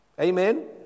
Amen